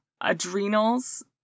Adrenals